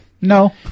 no